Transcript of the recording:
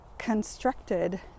constructed